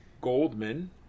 Goldman